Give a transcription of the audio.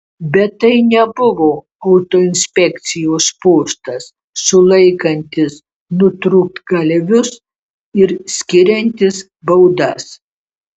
bet tai nebuvo autoinspekcijos postas sulaikantis nutrūktgalvius ir skiriantis baudas